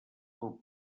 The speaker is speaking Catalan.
del